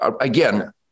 again